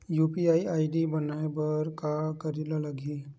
UPI ID बनाये बर का करे ल लगही?